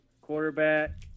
Quarterback